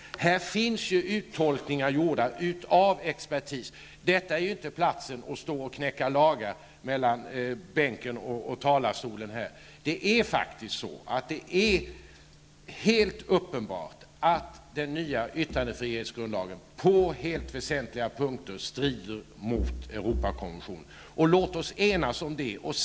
Det finns i det sammanhanget tolkningar gjorda av expertis, och denna kammare är därför inte platsen att uttolka lagar. Det är helt uppenbart att den nya yttrandefrihetsgrundlagen på helt väsentliga punkter strider mot Europakonventionen. Låt oss enas om det.